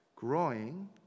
Growing